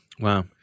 Wow